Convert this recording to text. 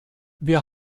wir